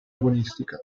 agonistica